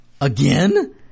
again